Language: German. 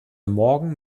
morgen